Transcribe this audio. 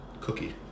cookie